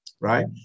right